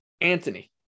Anthony